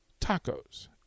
tacos